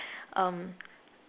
um